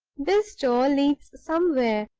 this door leads somewhere,